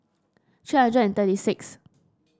three hundred and thirty six